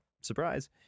surprise